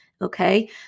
Okay